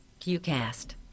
QCast